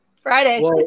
Friday